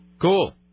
Cool